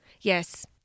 Yes